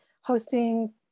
hosting